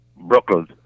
Brooklyn